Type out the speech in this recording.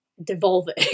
Devolving